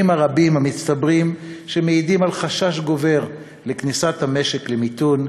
הרבים המצטברים אשר מעידים על חשש גובר לכניסת המשק למיתון.